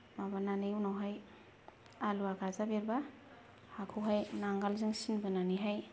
माबानानै उनावहाय आलुआ गाजा बेरबा हाखौहाय नांगोलजों सिन बोनानैहाय